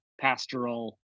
pastoral